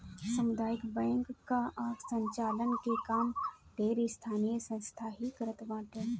सामुदायिक बैंक कअ संचालन के काम ढेर स्थानीय संस्था ही करत बाटे